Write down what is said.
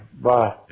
Bye